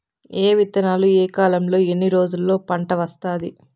ఏ విత్తనాలు ఏ కాలంలో ఎన్ని రోజుల్లో పంట వస్తాది?